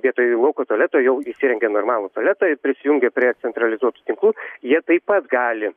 vietoj lauko tualeto jau įsirengia normalų tualetą ir prisijungia prie centralizuotų tinklų jie taip pat gali